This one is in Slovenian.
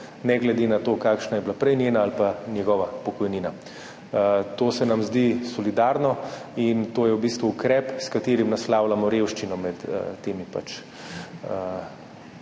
ne glede na to, kakšna je bila prej njena ali njegova pokojnina. To se nam zdi solidarno in to je ukrep, s katerim naslavljamo revščino med temi